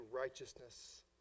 righteousness